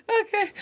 Okay